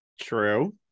True